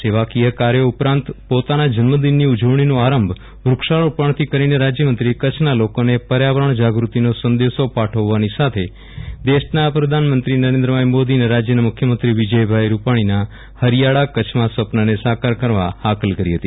સેવાકીય કાર્યો ઉપરાંત પોતાના જન્મદિનની ઉજવણીનો આરંભ વૃક્ષારોપણથી કરીને રાજ્યમંત્રીએ કચ્છના લોકોને પર્યાવરણ જાગૃતિનો સંદેશો પાઠવવાની સાથે દેશના વડાપ્રધાન નરેન્દ્રભાઇ મોદી અને રાજ્યના મુખ્યમંત્રી વિજયભાઈ રૂપાણીના હરિયાળા કચ્છમાં સ્વપ્નને સાકાર કરવા હાકલ કરી હતી